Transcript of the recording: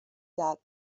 dot